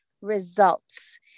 results